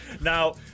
Now